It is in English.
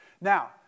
Now